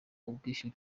ubwishyu